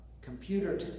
computer